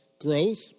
growth